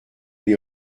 les